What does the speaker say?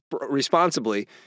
responsibly